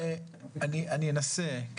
אני אנסה.